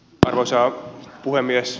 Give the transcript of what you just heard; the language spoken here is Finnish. arvoisa puhemies